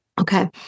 Okay